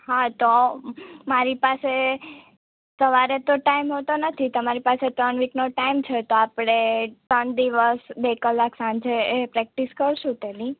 હા તો મારી પાસે સવારે તો ટાઈમ હોતો નથી તમારી પાસે ત્રણ વીકનો ટાઈમ છે તો આપણે ત્રણણ દિવસ બે કલાક સાંજે પ્રેક્ટિસ કરીશું તેની